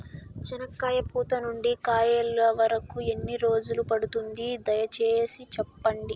చెనక్కాయ పూత నుండి కాయల వరకు ఎన్ని రోజులు పడుతుంది? దయ సేసి చెప్పండి?